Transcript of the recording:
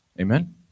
amen